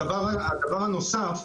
הדבר הנוסף,